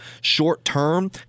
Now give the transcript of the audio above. short-term